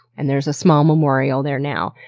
and there's a small memorial there now,